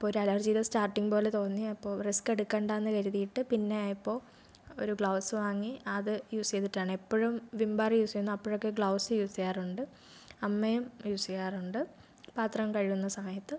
അപ്പോൾ ഒരു അലർജിയുടെ സ്റ്റാർട്ടിങ് പോലെ തോന്നി അപ്പോൾ റിസ്ക് എടുക്കേണ്ടയെന്ന് കരുതിയിട്ട് പിന്നെ ആയപ്പോൾ ഒരു ഗ്ലൗസ് വാങ്ങി അത് യൂസ് ചെയ്തിട്ടാണ് എപ്പോഴും വിം ബാർ യൂസ് ചെയ്യുന്ന അപ്പോഴൊക്കെ ഗ്ലൗസ് യൂസ് ചെയ്യാറുണ്ട് അമ്മയും യൂസ് ചെയ്യാറുണ്ട് പാത്രം കഴുകുന്ന സമയത്ത്